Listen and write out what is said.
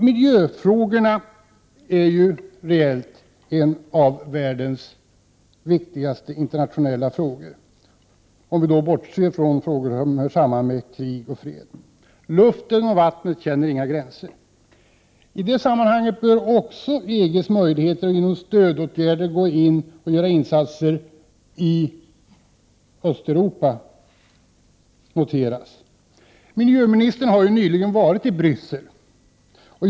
Miljöfrågorna är reellt bland de viktigaste internationella spörsmålen i dag — bortsett från dem som hör samman med krig och fred. Luft och vatten känner inga gränser. I detta sammanhang bör också EG:s möjligheter att vidta stödåtgärder i Östeuropa noteras. Miljöministern var ju nyligen i Bryssel.